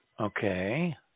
Okay